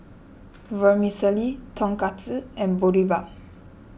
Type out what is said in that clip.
Vermicelli Tonkatsu and Boribap